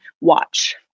watch